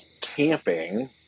camping